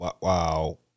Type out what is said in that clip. Wow